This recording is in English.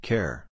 Care